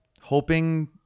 hoping